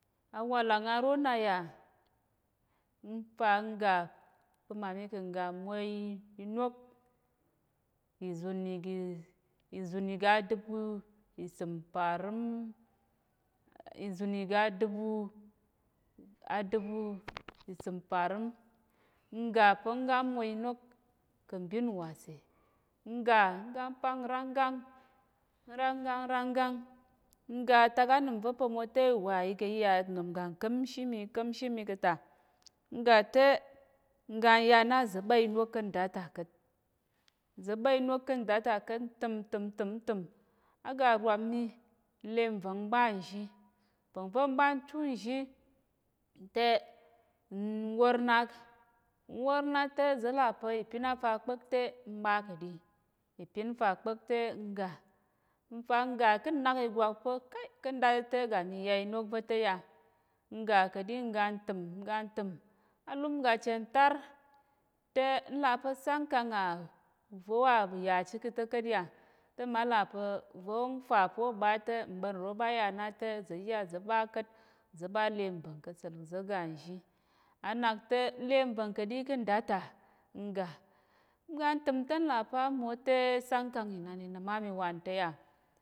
Awàlang aro na yà n fa n ga pa̱ mma mi ka̱ ngga mmwo inok, ìzun igi ìzun iga adubu isəmparəm ìzun iga dubu adubu isəmparəm, n ga pa̱ ń gá ḿ mwo inok kà̱ mbin nwase n ga, n ga pang nranggang, n ranggang n ranggang n ga atak anəm va̱ pa̱ mote uwa i ga i yà unəm uga ka̱mshi mi, i ka̱mshi mi ka̱ ta, n ga te, n ga n ya na uza̱ ɓa inok ká̱ nda ta ka̱t, uza ɓa inok ká̱ nda ta ka̱t, n təm n təm n təm n təm á ga rwam mi, n le nva̱ng m ɓa nzhi, nva̱ng va̱ m ɓa n chu nzhi te n wór na, n wór na te za̱ là pa̱ ìpin a fa á kpa̱k te, ḿ ɓa ka̱ ɗi, ìpin fa kpa̱k te, n ga, n fa n ga ká̱ nnak ìgwak pa̱ kai, ká̱ nda va̱ ta̱ te te, ga mi ya inok va̱ ta̱ ya, n ga ka̱ ɗi, n ga n təm n ga ntəm, alum ga chen tar. Te n là pa̱ sángkang à, uvo wa và̱ yà chit ka̱ ta̱ ka̱t yà, te mma là pa̱ uvo wóng fa pa̱ ô ɓa te mɓa̱r ro ɓa ya na te za̱ iya za̱ ɓa ka̱t za̱ ɓa le nva̱ng ka̱ sa̱l za̱ ga nzhi, á nak te n le nva̱ng ka̱ ɗi ká̱ nda ta n ga, n ga n təm te, n là pa̱ á mmó te sángkang inan i nəm á mi wanta̱ yà?